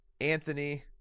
Anthony